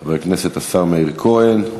חבר הכנסת השר מאיר כהן.